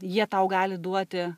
jie tau gali duoti